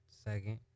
second